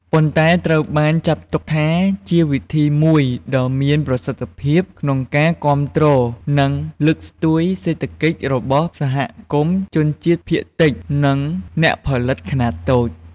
ប៉ុន្តែត្រូវបានចាត់ទុកថាជាវិធីមួយដ៏មានប្រសិទ្ធភាពក្នុងការគាំទ្រនិងលើកស្ទួយសេដ្ឋកិច្ចរបស់សហគមន៍ជនជាតិភាគតិច និងអ្នកផលិតខ្នាតតូច។